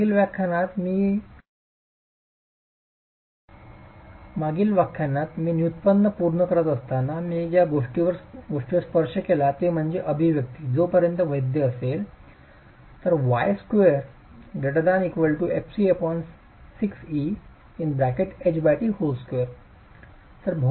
मागील व्याख्यानात मी व्युत्पन्न पूर्ण करत असताना मी ज्या एका गोष्टीवर स्पर्श केला आहे तो म्हणजे ही अभिव्यक्ती जोपर्यंत वैध असेल y2fC6Eht2